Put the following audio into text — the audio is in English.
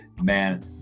Man